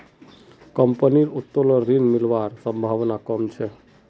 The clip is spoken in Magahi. कंपनीर उत्तोलन ऋण मिलवार संभावना कम छ